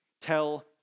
tell